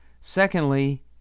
Secondly